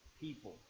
people